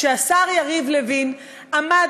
כשהשר יריב לוין עמד,